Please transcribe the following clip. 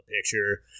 picture